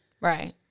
Right